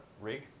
rig